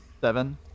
Seven